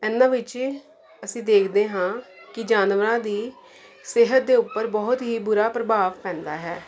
ਇਹਨਾਂ ਵਿੱਚ ਅਸੀਂ ਦੇਖਦੇ ਹਾਂ ਕਿ ਜਾਨਵਰਾਂ ਦੀ ਸਿਹਤ ਦੇ ਉੱਪਰ ਬਹੁਤ ਹੀ ਬੁਰਾ ਪ੍ਰਭਾਵ ਪੈਂਦਾ ਹੈ